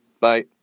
bye